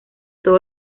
todo